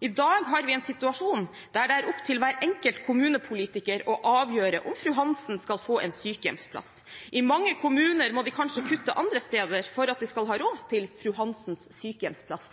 «I dag har vi en situasjon der det er opp til hver enkelt kommunepolitiker å avgjøre om Fru Hansen skal få en sykehjemsplass. I mange kommuner må de kanskje kutte andre steder for at de skal ha råd til Fru Hansens sykehjemsplass.»